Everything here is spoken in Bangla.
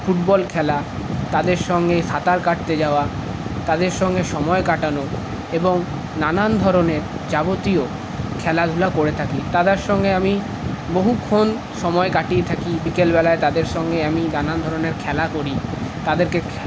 ফুটবল খেলা তাদের সঙ্গে সাঁতার কাটতে যাওয়া তাদের সঙ্গে সময় কাটানো এবং নানান ধরনের যাবতীয় খেলাধুলা করে থাকি তাদের সঙ্গে আমি বহুক্ষন সময় কাটিয়ে থাকি বিকেলবেলা তাদের সাথে এমনি নানান ধরনের খেলা করি তাদেরকে